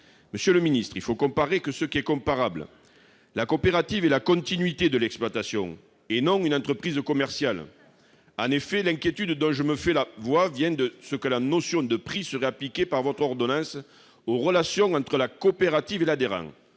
Monsieur le ministre, il faut comparer ce qui est comparable. La coopérative est la continuité de l'exploitation, et non une entreprise commerciale. L'inquiétude dont je me fais le porte-voix vient de ce que la notion de prix serait appliquée par votre ordonnance aux relations entre la coopérative et l'adhérent.